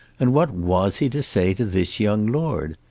and what was he to say to this young lord?